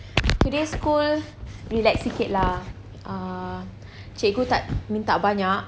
in school relax sikit lah ah cikgu tak minta banyak